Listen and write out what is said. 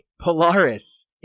Polaris